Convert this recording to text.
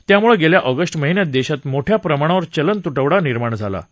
त्यामुळे गेल्या ऑगस्ट महिन्यात देशात मोठ्या प्रमाणावर चलन तुटवडा निर्माण झाला होता